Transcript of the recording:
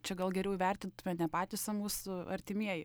čia gal geriau įvertintume ne patys o mūsų artimieji